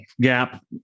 gap